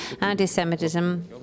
anti-Semitism